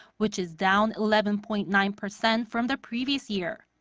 which is down eleven point nine percent from the previous year.